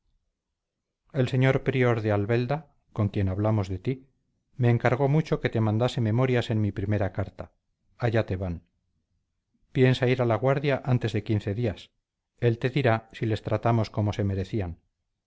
el señor prior de albelda con quien hablamos de ti me encargó mucho que te mandase memorias en mi primera carta allá te van piensa ir a la guardia antes de quince días él te dirá si les tratamos como se merecían